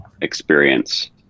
experience